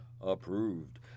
Approved